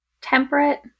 temperate